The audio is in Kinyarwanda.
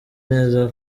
neza